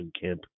camp